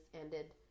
ended